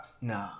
nah